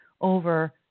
over